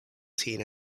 teen